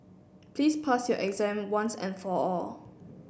please pass your exam once and for all